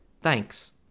Thanks